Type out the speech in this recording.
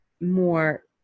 more